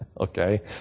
okay